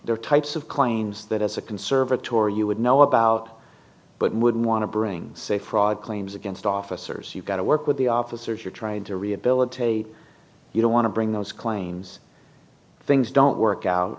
their types of claims that as a conservatory you would know about but would want to bring say fraud claims against officers you've got to work with the officers you're trying to rehabilitate you don't want to bring those claims things don't work out